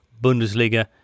Bundesliga